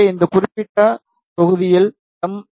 எனவே இந்த குறிப்பிட்ட தொகுதியில் எம்